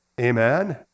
Amen